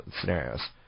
scenarios